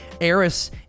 Eris